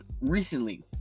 Recently